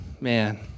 Man